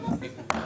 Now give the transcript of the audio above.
להצבעה.